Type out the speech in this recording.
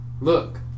Look